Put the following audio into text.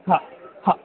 हां हां